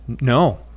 No